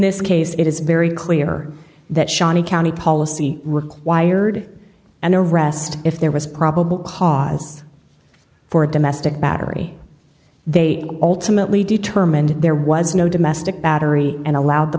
this case it is very clear that shani county policy required an arrest if there was probable cause for a domestic battery they ultimately determined there was no domestic battery and allowed t